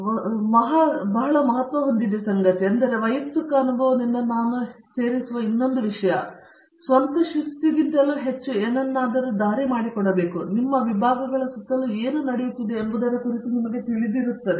ಮೂರನೆಯ ಸಂಗತಿ ಬಹಳ ಮಹತ್ವ ಹೊಂದಿದೆ ಆದರೆ ನನ್ನ ವೈಯಕ್ತಿಕ ಅನುಭವದಿಂದ ನಾನು ಸೇರಿಸುವ ಮೂರನೆಯದು ನಿಮ್ಮ ಸ್ವಂತ ಶಿಸ್ತುಗಿಂತಲೂ ಹೆಚ್ಚು ಏನನ್ನಾದರೂ ದಾರಿ ಮಾಡಿಕೊಡಬೇಕು ಆದ್ದರಿಂದ ನಿಮ್ಮ ವಿಭಾಗಗಳ ಸುತ್ತಲೂ ಏನು ನಡೆಯುತ್ತಿದೆ ಎಂಬುದರ ಕುರಿತು ನಿಮಗೆ ತಿಳಿದಿರುತ್ತದೆ